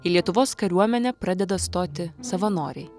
į lietuvos kariuomenę pradeda stoti savanoriai